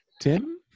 Tim